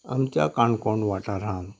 आमच्या काणकोण वाठारांत